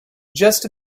just